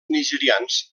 nigerians